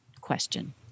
question